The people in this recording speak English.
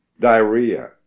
diarrhea